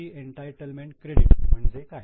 entitlement credit म्हणजे काय आहे